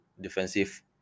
defensive